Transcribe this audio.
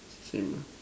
same lah